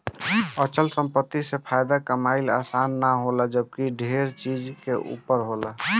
अचल संपत्ति से फायदा कमाइल आसान ना होला जबकि इ ढेरे चीज के ऊपर होला